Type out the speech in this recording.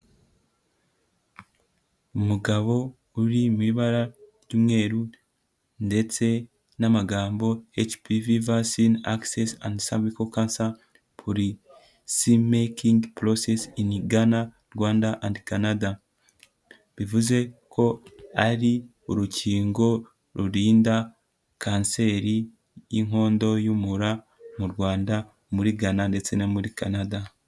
Umugabo uri mu ibara ry'umweru ndetse n'amagambo HPV vaccine access and cervical cancer policymaking process in Ghana, Rwanda, and Canada. Bivuze ko ari urukingo rurinda kanseri y'inkondo y'umura mu Rwanda, muri Ghana ndetse no muri Canada.